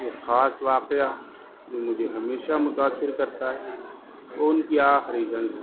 ایک خاص واقعہ جو مجھے ہمیشہ متاثر کرتا ہے وہ ان کی آخری جنگ ہے